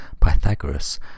Pythagoras